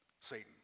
Satan